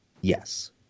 yes